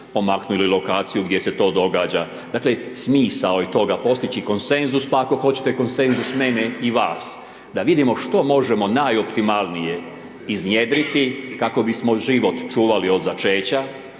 pomaknuli lokaciju gdje se to događa. Dakle, smisao je toga postići konsenzus, pa ako hoćete konsenzus mene i vas, da vidimo što možemo najoptimalnije iznjedriti kako bismo život čuvali od začeća,